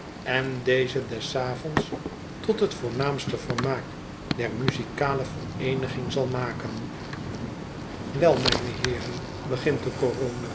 en deze des avonds tot het voornaamste vermaak der muzikale vereeniging zal maken wel mijne heeren begint de